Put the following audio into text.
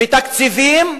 בתקציבים,